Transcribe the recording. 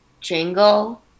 Jingle